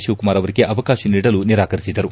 ಶಿವಕುಮಾರ್ ಅವರಿಗೆ ಅವಕಾಶ ನೀಡಲು ನಿರಾಕರಿಸಿದರು